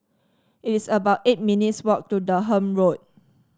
it is about eight minutes' walk to Durham Road